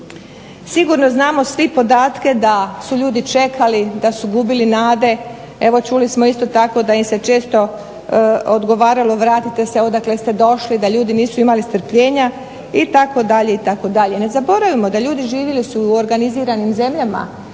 Sigurno znamo svi podatke da su ljudi čekali da su gubili nade. Evo čuli smo isto tako da im se često odgovaralo vratite se odakle ste došli da ljudi nisu imali strpljenja itd. Ne zaboravimo da ljudi živili su organiziranim zemljama